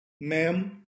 ma'am